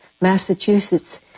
Massachusetts